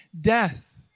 death